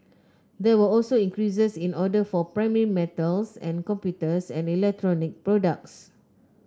there were also increases in orders for primary metals and computers and electronic products